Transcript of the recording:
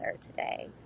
today